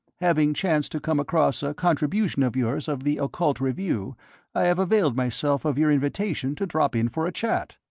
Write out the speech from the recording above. having chanced to come across a contribution of yours of the occult review i have availed myself of your invitation to drop in for a chat.